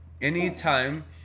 anytime